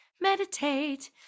meditate